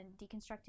deconstructing